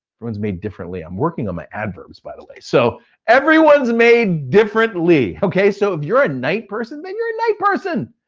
everyone's made differently. i'm working on my adverbs by the way. so everyone's made differently, okay? so if you're a night person, then you're a night person.